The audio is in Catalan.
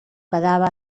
quedava